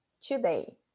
today